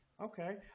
Okay